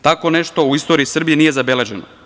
Tako nešto u istoriji Srbije nije zabeleženo.